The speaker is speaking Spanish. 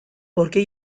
porque